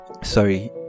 sorry